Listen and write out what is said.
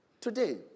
Today